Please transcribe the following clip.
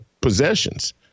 possessions